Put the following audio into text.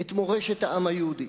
את מורשת העם היהודי.